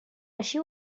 així